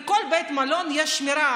לכל בית מלון יש שמירה,